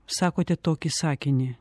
sakote tokį sakinį